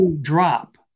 drop